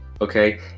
okay